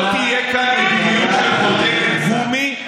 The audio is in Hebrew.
לא תהיה כאן מדיניות של חותמת גומי,